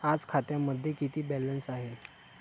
आज खात्यामध्ये किती बॅलन्स आहे?